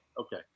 Okay